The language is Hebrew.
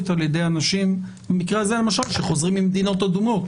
ועל ידי אנשים במקרה הזה למשל שחוזרים ממדינות אדומות.